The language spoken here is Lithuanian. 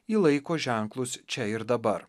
į laiko ženklus čia ir dabar